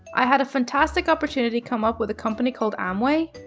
i had a fantastic opportunity come up with a company called amway.